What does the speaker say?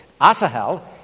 Asahel